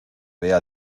vea